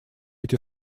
эти